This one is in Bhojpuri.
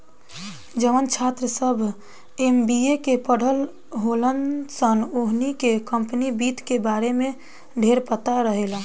जवन छात्र सभ एम.बी.ए के पढ़ल होलन सन ओहनी के कम्पनी वित्त के बारे में ढेरपता रहेला